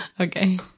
Okay